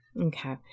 Okay